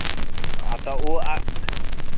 हँ तऽ ओ आ